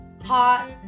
Hot